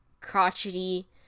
crotchety